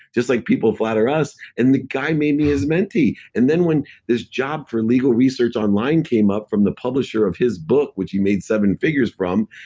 just like people flatter us, and the guy made me his mentee. and then when this job for legal research online came up from the publisher of his book, which he made seven figures from,